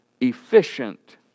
efficient